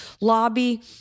lobby